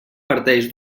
parteix